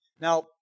Now